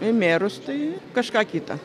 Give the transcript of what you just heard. į merus tai kažką kitą